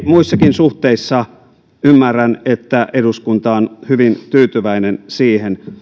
muissakin suhteissa ymmärrän että eduskunta on hyvin tyytyväinen siihen